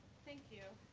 thank you.